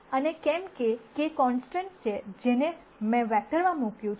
અને કેમકે k constants છે જેને મેં વેક્ટરમાં મૂક્યું છે